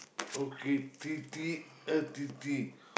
okay tea tea a tea tea